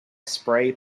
spray